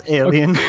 alien